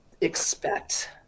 expect